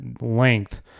length